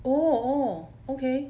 oh oh okay